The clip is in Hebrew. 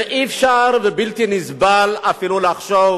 ואי-אפשר ובלתי נסבל אפילו לחשוב